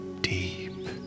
deep